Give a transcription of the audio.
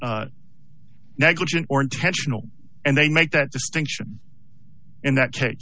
negligent or intentional and they make that distinction in that case